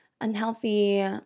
unhealthy